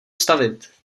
stavit